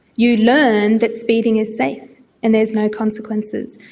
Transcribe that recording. you learned that speeding is safe and there's no consequences.